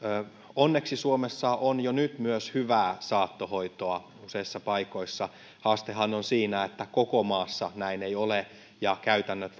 onneksi suomessa on jo nyt myös hyvää saattohoitoa useissa paikoissa haastehan on siinä että koko maassa näin ei ole ja käytännöt